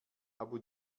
abu